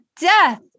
death